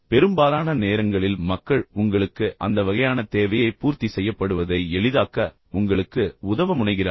எனவே பெரும்பாலான நேரங்களில் மக்கள் உங்களுக்கு அந்த வகையான தேவையை வழங்க அல்லது தேவை பூர்த்தி செய்யப்படுவதை எளிதாக்க உங்களுக்கு உதவ முனைகிறார்கள்